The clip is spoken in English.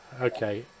Okay